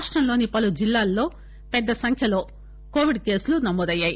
రాష్టంలోని పలు జిల్లాలలో కూడా పెద్ద సంఖ్యలో కోవిడ్ కేసులు నమోదు అయ్యాయి